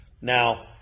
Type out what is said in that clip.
Now